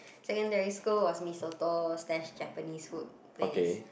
secondary school was mee soto slash Japanese food place